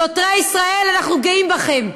שוטרי ישראל, אנחנו גאים בכם.